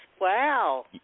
wow